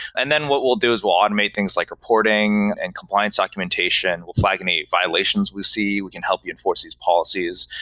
and then what we'll do is we'll automate things like reporting and compliance documentation. we'll flag any violations we see. we can help you enforce these policies.